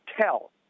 tell